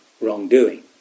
wrongdoing